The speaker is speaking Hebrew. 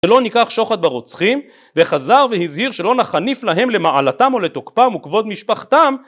שלא ניקח שוחד ברוצחים וחזר והזהיר שלא נחניף להם למעלתם או לתוקפם וכבוד משפחתם